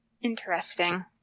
Interesting